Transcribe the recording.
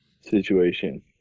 situation